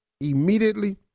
immediately